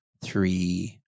three